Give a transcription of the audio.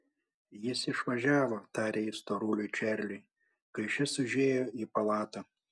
jis išvažiavo tarė ji storuliui čarliui kai šis užėjo į palatą